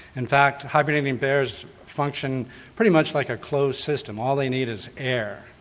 in fact hibernating bears function pretty much like a closed system, all they need is air.